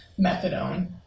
methadone